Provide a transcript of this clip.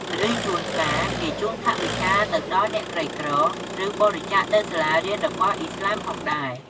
ឬ ជួនកាល គេជូនថវិកាទៅដល់អ្នកក្រីក្រ ឬ បរិច្ចាកទៅសាលារៀនរបស់ឥស្លាមផងដែរ។